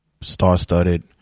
star-studded